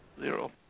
zero